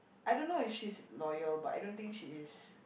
I don't know if she's loyal but I don't think she is